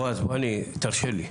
בעז, תרשה לי.